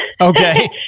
okay